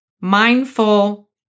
Mindful